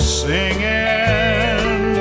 singing